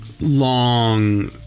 long